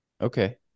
Okay